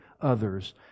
others